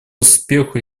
успеху